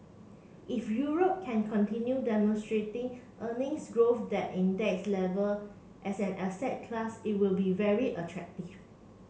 if Europe can continue demonstrating earnings growth at index level as an asset class it will be very attractive